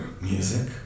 music